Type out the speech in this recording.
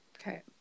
Okay